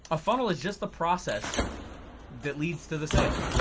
a funnel is just the process that leads to the sale.